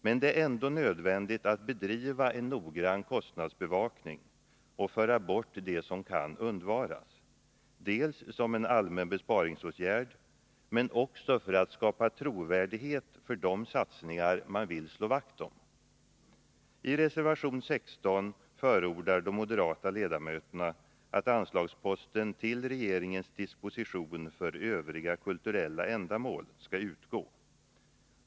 Men det är ändå nödvändigt att bedriva en noggrann kostnadsbevakning och föra bort det som kan undvaras — dels som en allmän besparingsåtgärd, dels också för att skapa trovärdighet för de satsningar man vill slå vakt om. I reservation 16 förordar de moderata ledamöterna att anslagsposten ”Till regeringens disposition” för ”övriga kulturella ändamål” skall utgå.